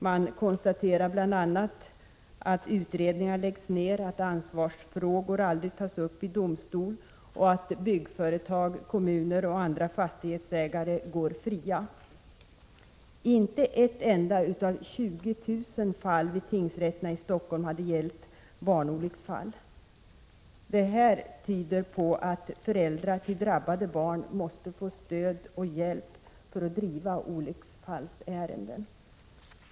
Man konstaterar bl.a. att utredningar läggs ner, att ansvarsfrågor aldrig tas upp i domstol och att byggföretag, kommuner och andra fastighetsägare går fria. Inte ett enda av 20 000 fall vid tingsrätterna i Stockholm har gällt barnolycksfall. Det här tyder på att föräldrar till drabbade barn måste få stöd och hjälp för att driva olycksärenden.